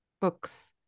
books